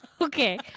okay